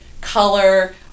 color